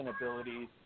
abilities